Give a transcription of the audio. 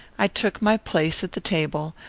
i took my place at the table,